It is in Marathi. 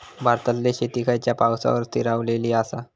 भारतातले शेती खयच्या पावसावर स्थिरावलेली आसा?